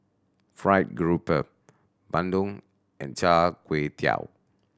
fried grouper bandung and Char Kway Teow